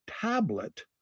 tablet